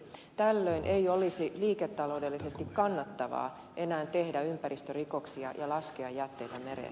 tällöin ei olisi liiketaloudellisesti kannattavaa enää tehdä ympäristörikoksia ja laskea jätteitä mereen